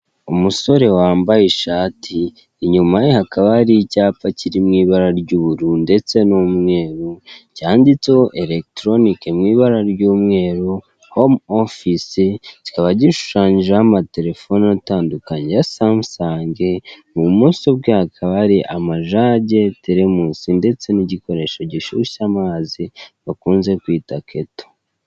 Umusore wambaye ishati inyuma ye hakaba hari icyapa kiri mu ibara ry'ubururu ndetse n'umweru, cyanditseho erekitoronike mu ibara ry'umweru, homu ofisi, kikaba gishushanyijeho amaterefone atandukanye ya samusange, ibumoso bwe hakaba hari amajage, teremusi ndetse n'igikoresho gishyushya amazi, bakunze kwita keto.